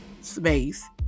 space